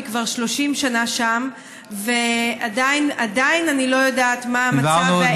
היא כבר 30 שנה שם ועדיין אני לא יודעת מה המצב.